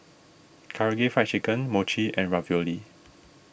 Karaage Fried Chicken Mochi and Ravioli